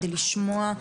כדי לשמוע.